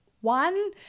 one